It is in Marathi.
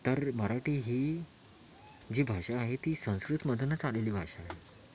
तर मराठी ही जी भाषा आहे ती संस्कृतमधूनच आलेली भाषा आहे